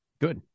Good